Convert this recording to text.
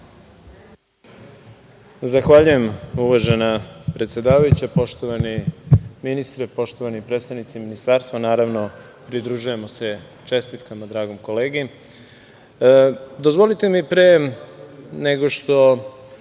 Zahvaljujem uvažena predsedavajuća. Poštovani ministre, poštovani predstavnici ministarstva, naravno pridružujemo se čestitkama dragom kolegi, dozvolite mi pre nego što